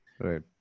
Right